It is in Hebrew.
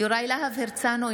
יוראי להב הרצנו,